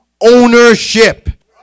ownership